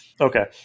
Okay